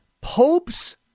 Popes